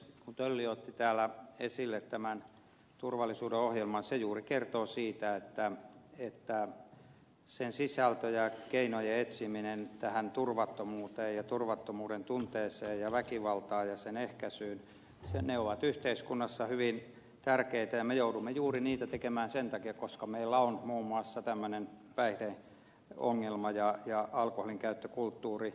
tölli otti täällä esille tämän sisäisen turvallisuuden ohjelman se juuri kertoo siitä että sen sisältö ja keinojen etsiminen tähän turvattomuuteen ja turvattomuuden tunteeseen ja väkivaltaan ja sen ehkäisyyn ovat yhteiskunnassa hyvin tärkeitä ja me joudumme niitä keinoja etsimään juuri sen takia että meillä on muun muassa tämmöinen päihdeongelma ja alkoholinkäyttökulttuuri